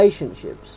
relationships